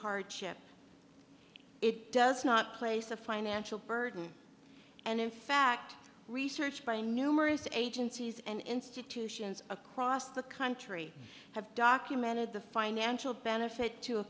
hardship it does not place a financial burden and in fact research by numerous agencies and institutions across the country have documented the financial benefit to a